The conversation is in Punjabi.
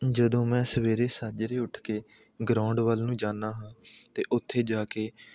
ਜਦੋਂ ਮੈਂ ਸਵੇਰੇ ਸਾਜਰੇ ਉੱਠ ਕੇ ਗਰਾਊਂਡ ਵੱਲ ਨੂੰ ਜਾਂਦਾ ਹਾਂ ਅਤੇ ਉੱਥੇ ਜਾ ਕੇ